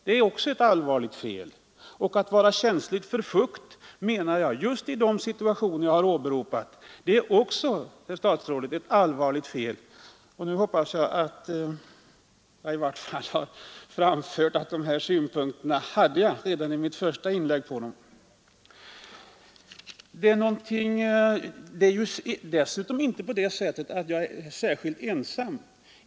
Det är också ett allvarligt fel liksom att kortet är känsligt för fukt. Därmed hoppas jag att jag har klargjort vilka synpunkter jag anförde i mitt första inlägg. Jag är dessutom inte ensam.